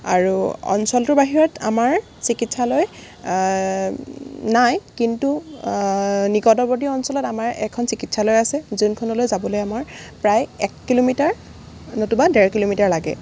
আৰু অঞ্চলটোৰ বাহিৰত আমাৰ চিকিৎসালয় নাই কিন্তু নিকটৱৰ্তী অঞ্চলত আমাৰ এখন চিকিৎসালয় আছে যোনখনলৈ যাবলৈ আমাৰ প্ৰায় এক কিলোমিটাৰ নতুবা ডেৰ কিলোমিটাৰ লাগে